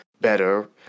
better